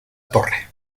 torre